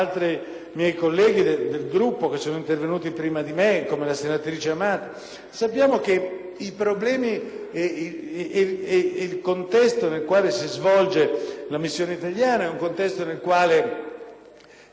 il contesto nel quale si svolge la missione italiana; è un contesto nel quale i fenomeni di corruzione non diminuiscono, nel quale